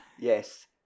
Yes